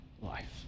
life